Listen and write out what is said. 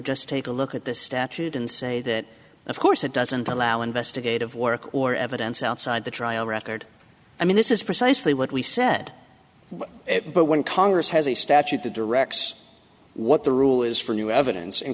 just take a look at this statute and say that of course it doesn't allow investigative work or evidence outside the trial record i mean this is precisely what we said it but when congress has a statute that directs what the rule is for new evidence